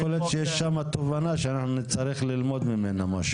יכול להיות שיש שם תובנה שאנחנו נצטרך ללמוד ממנה משהו.